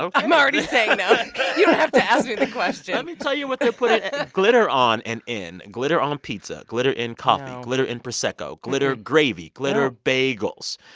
i'm already saying no you don't have to ask me the question let me tell you what they're putting ah glitter on and in glitter on pizza, glitter in coffee, glitter in prosecco, glitter gravy, glitter bagels.